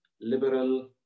liberal